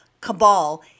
cabal